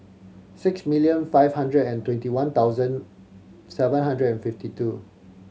six million five hundred and twenty one thousand seven hundred and fifty two